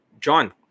John